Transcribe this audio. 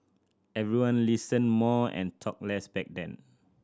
everyone listened more and talked less back then